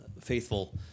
faithful